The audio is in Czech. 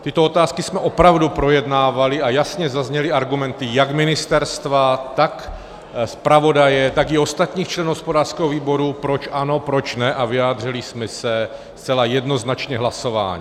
Tyto otázky jsme opravdu projednávali a jasně zazněly argumenty jak ministerstva, tak zpravodaje, tak i ostatních členů hospodářského výboru, proč ano, proč ne, a vyjádřili jsme se zcela jednoznačně hlasováním.